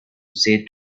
say